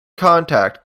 contact